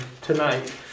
tonight